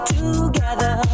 together